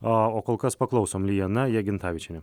o kol kas paklausom lijana jagintavičienė